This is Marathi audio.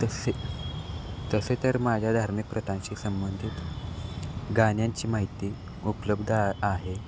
तसे तसे तर माझ्या धार्मिक प्रथांशी संबंधित गाण्यांची माहिती उपलब्ध आ आहे